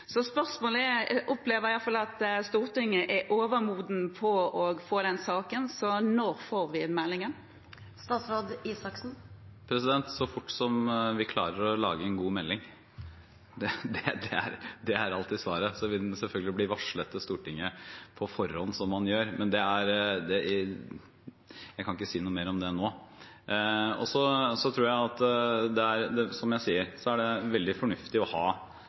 Spørsmålet er, for jeg opplever at Stortinget er overmoden for å få den saken: Når får vi meldingen? Så fort som vi klarer å lage en god melding. Det er alltid svaret. Den vil selvfølgelig bli varslet i Stortinget på forhånd, slik man gjør, men jeg kan ikke si noe mer om det nå. Jeg tror, som jeg sier, det er veldig fornuftig å ha mulighet til å få løypemeldinger fra regjeringen både gjennom saker som er